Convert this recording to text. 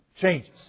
changes